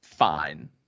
fine